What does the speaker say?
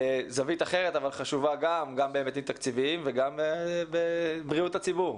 זווית אחרת אבל חשובה גם בהיבטים תקציביים וגם לבריאות הציבור.